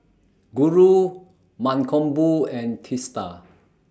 Guru Mankombu and Teesta